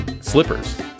slippers